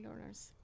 learners